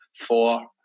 four